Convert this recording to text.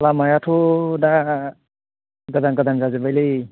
लामायाथ' दा गोदान गोदान जाजोब्बायलै